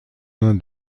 main